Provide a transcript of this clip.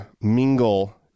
Mingle